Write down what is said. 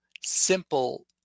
simple